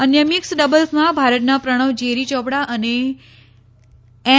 અન્ય મિકસ ડબલ્સમાં ભારતના પ્રણવ જેરી ચોપડા અને એન